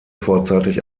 vorzeitig